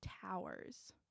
towers